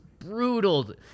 brutal